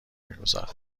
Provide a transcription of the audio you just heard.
میگذارد